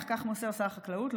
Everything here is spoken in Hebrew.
כך מוסר שר החקלאות,